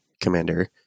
commander